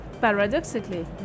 paradoxically